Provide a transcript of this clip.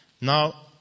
Now